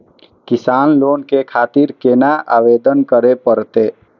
किसान लोन के खातिर केना आवेदन करें परतें?